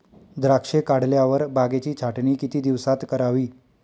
द्राक्षे काढल्यावर बागेची छाटणी किती दिवसात करावी?